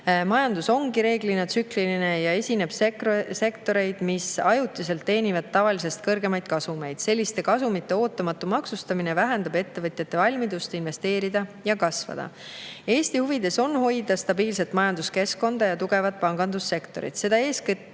Majandus ongi reeglina tsükliline ja esineb sektoreid, mis ajutiselt teenivad tavalisest kõrgemaid kasumeid. Selliste kasumite ootamatu maksustamine vähendab ettevõtjate valmidust investeerida ja kasvada. Eesti huvides on hoida stabiilset majanduskeskkonda ja tugevat pangandussektorit. Seda eeskätt